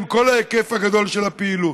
עם כל ההיקף הגדול של הפעילות.